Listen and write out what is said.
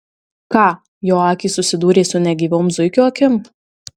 ką jo akys susidūrė su negyvom zuikio akim